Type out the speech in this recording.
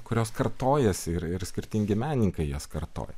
kurios kartojasi ir ir skirtingi menininkai jas kartoja